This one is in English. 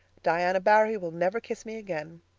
diana barry will never kiss me again.